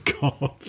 God